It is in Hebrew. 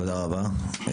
תודה רבה.